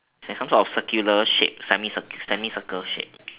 it's like some sort of circular shape semi circle shape